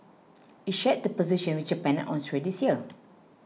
it shared the position with Japan and Austria this year